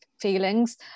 feelings